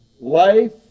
life